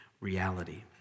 reality